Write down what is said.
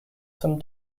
some